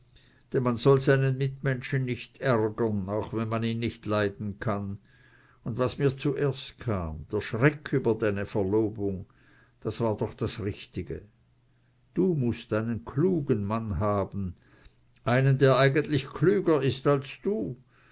denn man soll seinen mitmenschen nich ärgern auch wenn man ihn nich leiden kann un was mir zuerst kam der schreck über deine verlobung das war doch das richtige du mußt einen klugen mann haben einen der eigentlich klüger ist als du